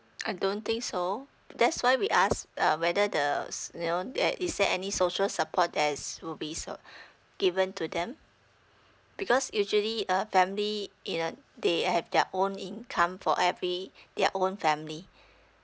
I don't think so that's why we ask uh whether the you know there is there any social support that is will be so given to them because usually a family in a they have their own income for every their own family